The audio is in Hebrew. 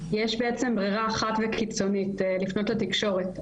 יש בעצם ברירה אחת וקיצונית, לפנות לתקשורת.